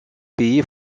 pays